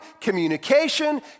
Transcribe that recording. communication